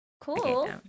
Cool